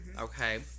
Okay